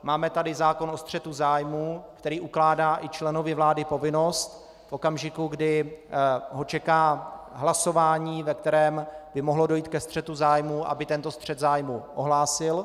Máme tady zákon o střetu zájmů, který ukládá i členovi vlády povinnost, aby v okamžiku, kdy ho čeká hlasování, ve kterém by mohlo dojít ke střetů zájmů, tento střet zájmu ohlásil.